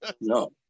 No